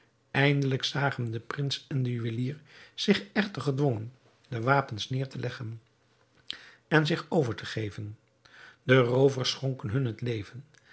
eindelijk zagen de prins en de juwelier zich echter gedwongen de wapens neêr te leggen en zich over te geven de roovers schonken hun het leven